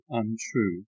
untrue